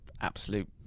absolute